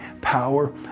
power